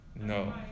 No